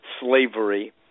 slavery